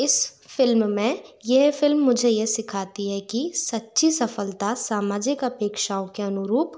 इस फ़िल्म में यह फ़िल्म मुझे यह सिखाती है की सच्ची सफलता सामाजिक अपेक्षाओं के अनुरूप